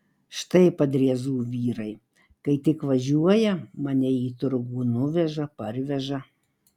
štai padriezų vyrai kai tik važiuoja mane į turgų nuveža parveža